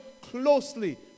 closely